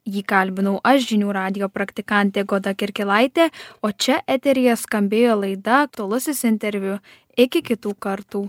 jį kalbinau aš žinių radijo praktikantė goda kirkilaitė o čia eteryje skambėjo laida aktualusis interviu iki kitų kartų